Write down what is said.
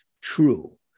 true